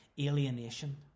alienation